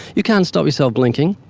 you can't stop yourself blinking,